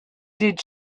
did